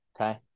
okay